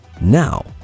now